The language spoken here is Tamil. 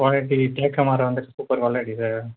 குவாலிட்டி தேக்கு மரம் வந்து சூப்பர் குவாலிட்டி சார்